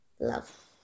love